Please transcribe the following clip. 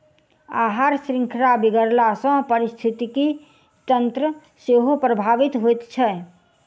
आहार शृंखला बिगड़ला सॅ पारिस्थितिकी तंत्र सेहो प्रभावित होइत छै